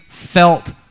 felt